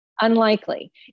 Unlikely